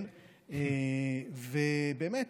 זאת